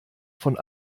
von